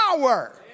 power